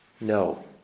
No